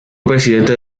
presidente